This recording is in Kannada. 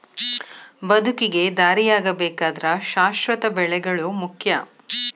ಬದುಕಿಗೆ ದಾರಿಯಾಗಬೇಕಾದ್ರ ಶಾಶ್ವತ ಬೆಳೆಗಳು ಮುಖ್ಯ